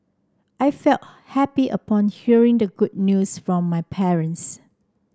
I felt happy upon hearing the good news from my parents